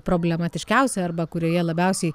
problematiškiausia arba kurioje labiausiai